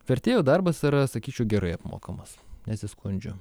vertėjo darbas yra sakyčiau gerai apmokamas nesiskundžiu